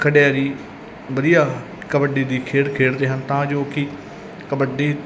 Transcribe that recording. ਕੱਢਿਆ ਜੀ ਵਧੀਆ ਕਬੱਡੀ ਦੀ ਖੇਡ ਖੇਡਦੇ ਹਨ ਤਾਂ ਜੋ ਕਿ ਕਬੱਡੀ